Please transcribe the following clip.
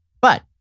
But-